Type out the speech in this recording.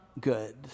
good